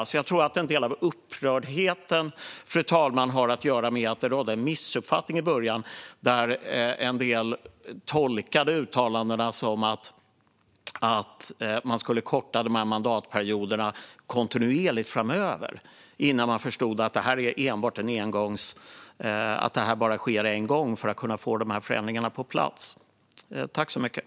Jag tror, fru talman, att en del av upprördheten har att göra med att det i början rådde en missuppfattning - en del tolkade uttalandena som att man skulle korta mandatperioderna kontinuerligt framöver, innan de förstod att detta bara sker en gång för att dessa förändringar ska kunna komma på plats.